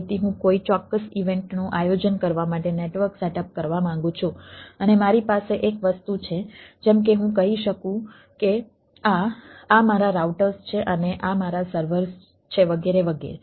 તેથી હું કોઈ ચોક્કસ ઈવેન્ટ છે અને આ મારા સર્વર છે વગેરે વગેરે